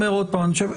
אומר עוד פעם,